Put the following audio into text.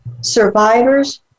survivors